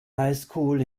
highschool